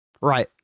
Right